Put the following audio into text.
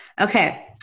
Okay